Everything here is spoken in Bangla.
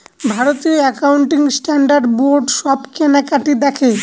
ভারতীয় একাউন্টিং স্ট্যান্ডার্ড বোর্ড সব কেনাকাটি দেখে